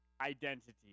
identity